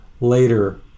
later